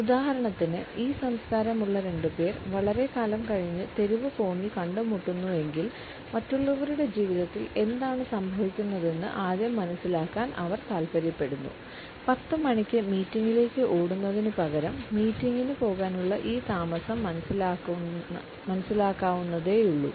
ഉദാഹരണത്തിന് ഈ സംസ്കാരമുള്ള രണ്ടുപേർ വളരെക്കാലം കഴിഞ്ഞ് തെരുവ് കോണിൽ കണ്ടുമുട്ടുന്നുവെങ്കിൽ മറ്റുള്ളവരുടെ ജീവിതത്തിൽ എന്താണ് സംഭവിക്കുന്നതെന്ന് ആദ്യം മനസ്സിലാക്കാൻ അവർ താൽപ്പര്യപ്പെടുന്നു 10 മണിക്ക് മീറ്റിംഗിലേക്ക് ഓടുന്നതിനുപകരം മീറ്റിങ്ങിനു പോകാനുള്ള ഈ താമസം മനസ്സിലാക്കാവുന്നതേയുള്ളൂ